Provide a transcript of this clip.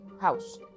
house